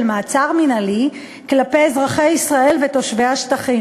מעצר מינהלי כלפי אזרחי ישראל ותושבי השטחים.